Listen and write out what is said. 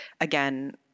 again